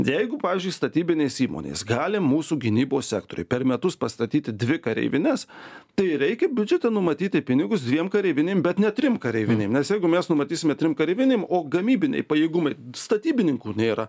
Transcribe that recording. jeigu pavyzdžiui statybinės įmonės gali mūsų gynybos sektoriui per metus pastatyti dvi kareivines tai ir reikia biudžete numatyti pinigus dviem kareivinėm bet ne trim kareivinėm nes jeigu mes numatysime trim kareivinėm o gamybiniai pajėgumai statybininkų nėra